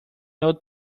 old